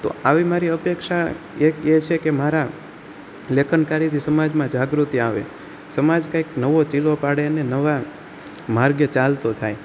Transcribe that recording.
તો આવી મારી અપેક્ષા એક એ છે કે મારા લેખક કાર્યથી સમાજમાં જાગૃતિ આવે સમાજ કંઈક નવો ચીલો પાડે અને નવા માર્ગે ચાલતો થાય